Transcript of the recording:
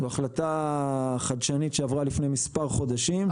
זו החלטה חדשנית שעברה לפני מספר חודשים.